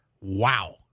wow